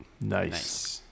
Nice